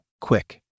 quick